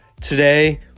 Today